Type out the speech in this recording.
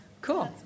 Cool